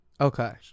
okay